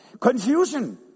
Confusion